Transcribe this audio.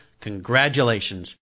congratulations